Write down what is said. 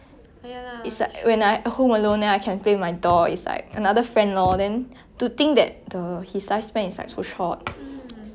it's like when I home alone then I can play with my dog it's like another friend lor then to think that the his lifespan is so short